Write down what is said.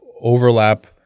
overlap